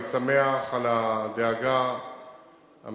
אני שמח על הדאגה המשותפת,